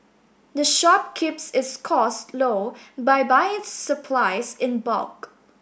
the shop keeps its costs low by buying its supplies in bulk